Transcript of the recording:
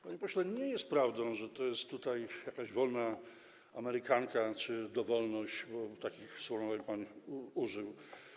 Panie pośle, nie jest prawdą, że jest tutaj jakaś wolna amerykanka czy dowolność, a takich sformułowań pan użył.